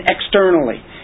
externally